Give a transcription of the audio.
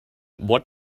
what